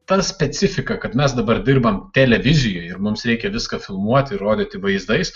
ta specifika kad mes dabar dirbam televizijoj ir mums reikia viską filmuoti ir rodyti vaizdais